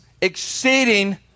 exceeding